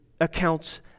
accounts